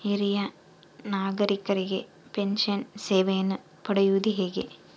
ಹಿರಿಯ ನಾಗರಿಕರಿಗೆ ಪೆನ್ಷನ್ ಸೇವೆಯನ್ನು ಪಡೆಯುವುದು ಹೇಗೆ?